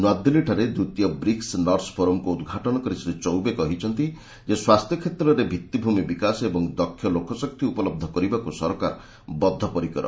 ନୂଆଦିଲ୍ଲୀଠାରେ ଦ୍ୱିତୀୟ BRICS nurse ଫୋରମ୍କୁ ଉଦ୍ଘାଟନ କରି ଶ୍ରୀ ଚୌବେ କହିଛନ୍ତି ଯେ ସ୍ୱାସ୍ଥ୍ୟ କ୍ଷେତ୍ରରେ ଭିଭିଭୂମି ବିକାଶ ଓ ଦକ୍ଷ ଲୋକଶକ୍ତି ଉପଲବ୍ଧ କରିବାକୁ ସରକାର ବଦ୍ଧପରିକର